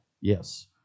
Yes